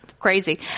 Crazy